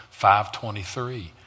523